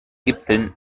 gipfeln